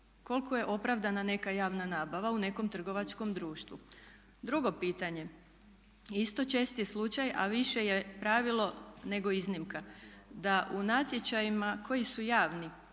koliko je opravdana neka javna nabava u nekom trgovačkom društvu. Drugo pitanje. Isto česti slučaj, a više je pravilo nego iznimka, da u natječajima koji su javni